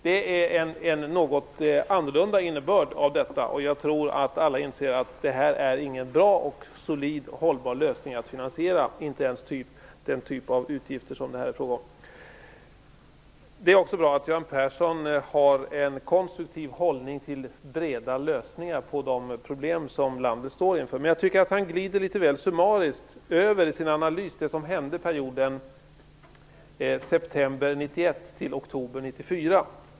Det är en annan innebörd av detta uttalande, och jag tror att alla inser att detta inte är någon solid och hållbar lösning för att finansiera ens den typ av utgifter som det här är fråga om. Det är också bra att Göran Persson har en konstruktiv hållning till breda lösningar på de problem som landet står inför. Men jag tycker att han i sin analys glider litet väl summariskt över det som hände perioden september 1991-oktober 1994.